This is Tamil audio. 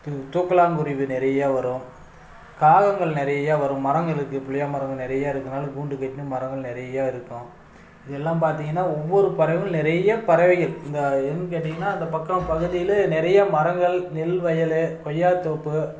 தூக்களாங்குருவி நிறையா வரும் காகங்கள் நிறையா வரும் மரம் இருக்குது புளியமரம் நிறையா இருக்குறதுனால் கூண்டு கட்டினு மரங்கள் நிறையா இருக்கும் இதல்லாம் பார்த்திங்கனா ஒவ்வொரு பறவைகள் நிறைய பறவைகள் இந்த ஏன் கேட்டிங்கன்னா அந்த பக்கம் பகுதியில் நிறைய மரங்கள் நெல் வயல் கொய்யாத் தோப்பு